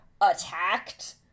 attacked